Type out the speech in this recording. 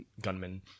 gunmen